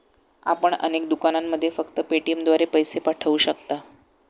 आपण अनेक दुकानांमध्ये फक्त पेटीएमद्वारे पैसे पाठवू शकता